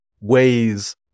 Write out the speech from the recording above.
ways